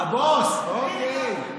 הבוס, אוקיי.